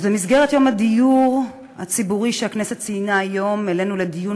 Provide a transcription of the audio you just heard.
אז במסגרת יום הדיור הציבורי שהכנסת ציינה היום העלינו לדיון